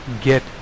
get